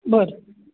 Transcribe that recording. बरं